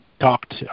talked